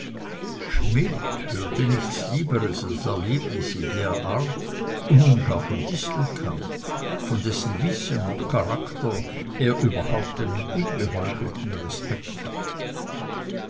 schmidt hörte nichts lieberes als erlebnisse der art und nun gar von distelkamp vor dessen wissen und charakter er überhaupt einen ungeheuchelten respekt hatte